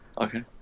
Okay